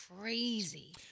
crazy